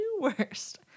worst